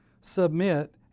submit